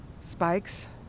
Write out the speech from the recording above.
Spikes